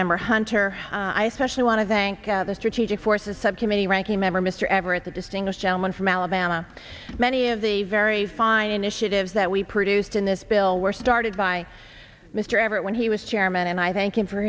member hunter i specially want to thank the strategic forces subcommittee ranking member mr everett the distinguished gentleman from alabama many of the very fine initiatives that we produced in this bill were started by mr everett when he was chairman and i thank him for